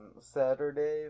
Saturday